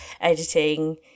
editing